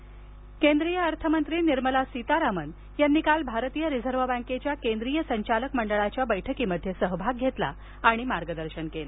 निर्मला केंद्रीय अर्थमंत्री निर्मला सीतारामन यांनी काल भारतीय रिझर्व्ह बँकेच्या केंद्रीय संचालक मंडळाच्या बैठकीमध्ये सहभाग घेतला आणि मार्गदर्शन केलं